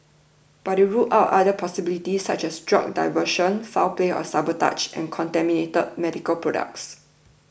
but it ruled out other possibilities such as drug diversion foul play or sabotage and contaminated medical products